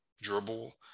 dribble